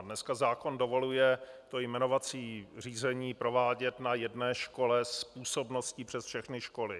Dnes zákon dovoluje jmenovací řízení provádět na jedné škole s působností přes všechny školy.